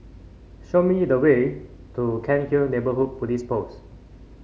show me the way to Cairnhill Neighbourhood Police Post